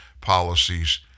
policies